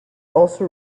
also